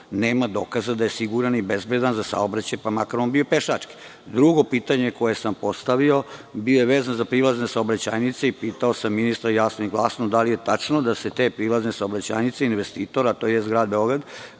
nema dokaza da je siguran i bezbedan za saobraćaj, pa makar bio on pešački? Drugo pitanje, koje sam postavio, bilo je vezano za prilazne saobraćajnice i pitao sam ministra, jasno i glasno, da li je tačno da se te prilazne saobraćajnice investitora, tj. grad Beograd,